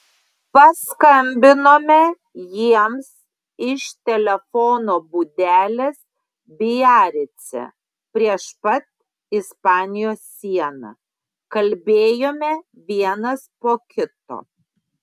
paskambinome jiems iš telefono būdelės biarice prieš pat ispanijos sieną kalbėjome vienas po kito